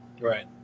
Right